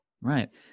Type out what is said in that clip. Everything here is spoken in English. right